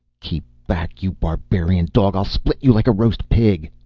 keep back, you barbarian dog! i'll spit you like a roast pig!